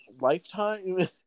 lifetime